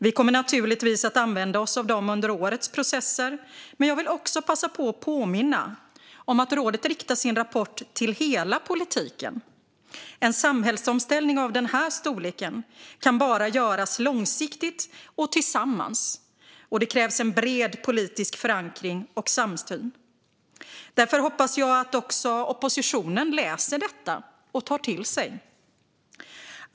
Vi kommer naturligtvis att använda oss av dem under årets processer, men jag vill också passa på att påminna om att rådet riktar sin rapport till hela politiken. En samhällsomställning av den här storleken kan bara göras långsiktigt och tillsammans, och det krävs bred politisk förankring och samsyn. Därför hoppas jag att också oppositionen läser detta och tar till sig.